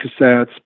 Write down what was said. cassettes